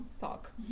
talk